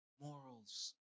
morals